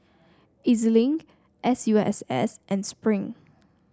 E Z Link S U S S and Spring